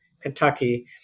Kentucky